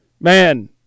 Man